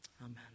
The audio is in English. Amen